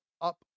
up